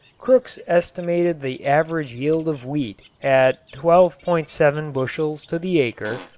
crookes estimated the average yield of wheat at twelve point seven bushels to the acre,